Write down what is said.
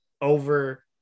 over